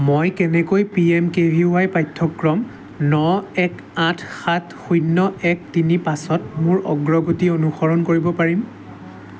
মই কেনেকৈ P M K V Y পাঠ্যক্ৰম ন এক আঠ সাত শূন্য এক তিনি পাঁচত মোৰ অগ্ৰগতি অনুসৰণ কৰিব পাৰিম